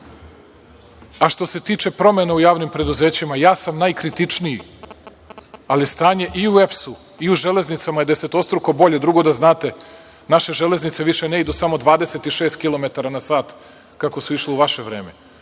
se tiče promena u javnim preduzećima, ja sam najkritičniji, ali stanje i u EPS i u „Železnicama“ je desetostruko bolje. Drugo, da znate da naše železnice više ne idu samo 26 km na sat kako su išle u vaše vreme.